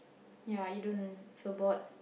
ya you don't forgot